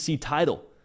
title